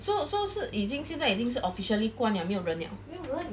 so so 是已经现在已经是 officially 关 liao 没有人 liao